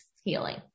healing